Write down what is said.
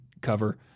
cover